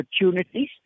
opportunities